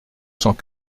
cent